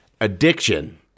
addiction